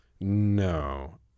no